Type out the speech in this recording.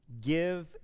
give